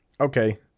Okay